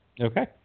Okay